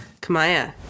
Kamaya